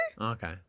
Okay